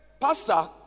Pastor